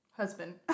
Husband